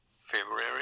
February